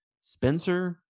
Spencer